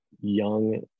young